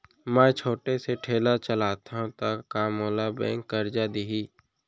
मैं छोटे से ठेला चलाथव त का मोला बैंक करजा दिही?